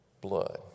blood